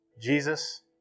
Jesus